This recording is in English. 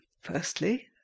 firstly